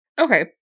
Okay